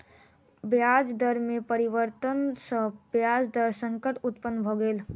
ब्याज दर में परिवर्तन सॅ ब्याज दर संकट उत्पन्न भ गेल